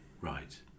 Right